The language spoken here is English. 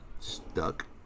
Stuck